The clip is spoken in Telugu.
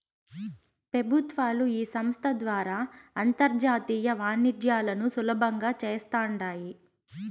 పెబుత్వాలు ఈ సంస్త ద్వారా అంతర్జాతీయ వాణిజ్యాలను సులబంగా చేస్తాండాయి